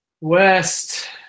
West